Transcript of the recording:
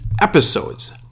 episodes